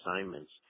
assignments